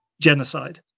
genocide